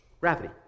gravity